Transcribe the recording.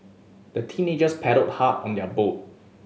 the teenagers paddled hard on their boat